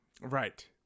Right